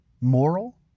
moral